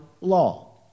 law